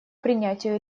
принятию